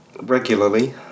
regularly